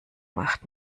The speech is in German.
macht